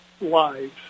lives